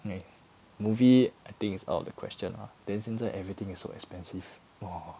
movie I think is like out of the question ah then 现在 everything is so expensive !wah!